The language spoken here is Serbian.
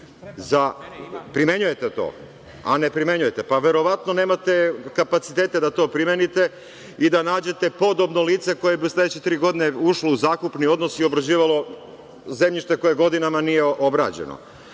koristi…Primenjujete to? A, ne primenjujete. Pa, verovatno nemate kapacitete da to primenite i da nađete podobno lice koje bi u sledeće tri godine ušlo u zakupni odnos i obrađivalo zemljište koje godinama nije obrađeno. Znate,